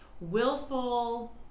willful